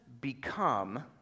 become